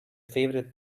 favorite